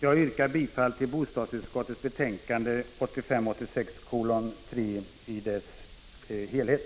Jag yrkar bifall till hemställan i bostadsutskottets betänkande 1985/86:3 i dess helhet.